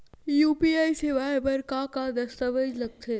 UPI सेवा बर का का दस्तावेज लगथे?